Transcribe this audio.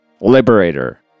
Liberator